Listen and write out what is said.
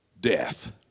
Death